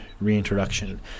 reintroduction